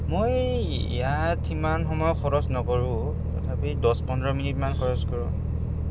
মই ইয়াত সিমান সময় খৰচ নকৰোঁ তথাপি দছ পোন্ধৰ মিনিটমান খৰচ কৰোঁ